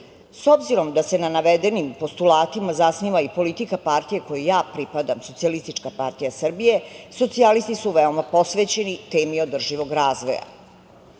obzirom da se na navedenim postulatima zasniva i politika partije kojoj ja pripadam - Socijalistička partija Srbije, socijalisti su veoma posvećeni temi održivog razvoja. Predlog